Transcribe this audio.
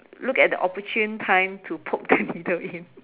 look at the opportune time to poke the needle in